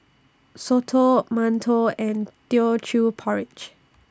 Soto mantou and Teochew Porridge